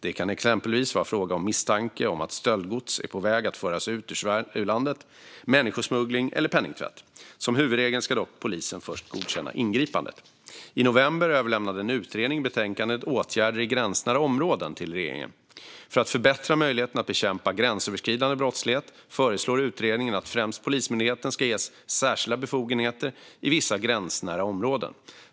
Det kan exempelvis vara fråga om misstanke om att stöldgods är på väg att föras ut ur landet, misstanke om människosmuggling eller penningtvätt. Som huvudregel ska dock polisen först godkänna ingripandet. I november överlämnade en utredning betänkandet Åtgärder i gräns nära områden till regeringen. För att förbättra möjligheterna att bekämpa gränsöverskridande brottslighet föreslår utredningen att främst Polismyndigheten ska ges särskilda befogenheter i vissa gränsnära områden.